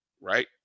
right